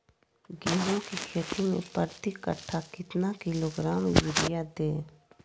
गेंहू की खेती में प्रति कट्ठा कितना किलोग्राम युरिया दे?